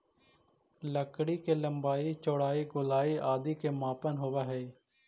लकड़ी के लम्बाई, चौड़ाई, गोलाई आदि के मापन होवऽ हइ